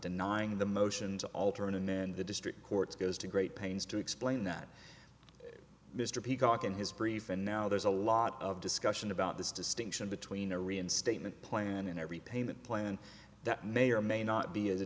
denying the motion to alter and then the district courts goes to great pains to explain that mr peacocke in his brief and now there's a lot of discussion about this distinction between a reinstatement plan and every payment plan that may or may not be is a